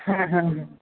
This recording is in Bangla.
হ্যাঁ হ্যাঁ হ্যাঁ